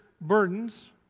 burdens